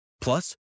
Plus